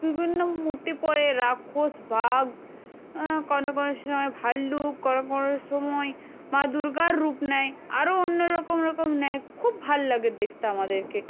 বিভিন্ন মূর্তি পরে রাক্ষস বাঘ কোনো কোনো সময় ভাল্লুক কোনো কোনো সময় মা দুর্গার রূপ নেয় আরও অন্য রকম রকম নেয় খুব ভাল লাগে দেখতে আমাদেরকে